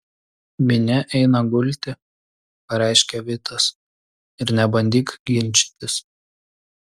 minia eina gulti pareiškė vitas ir nebandyk ginčytis